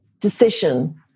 decision